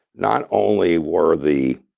not only were the,